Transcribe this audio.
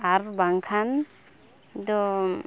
ᱟᱨᱵᱟᱝᱠᱷᱟᱱ ᱫᱚᱢᱻ